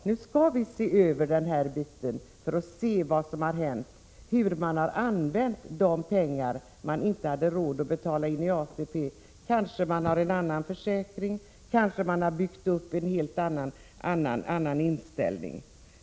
Nu skall vi se över den här biten för att undersöka vad som hänt och hur man har använt de pengar man inte hade råd att betala in till ATP. Kanske man har en annan försäkring, kanske man har byggt upp en helt annan inställning.